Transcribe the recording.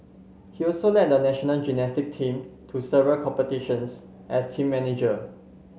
he also led the national gymnastic team to several competitions as team manager